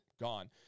gone